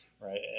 right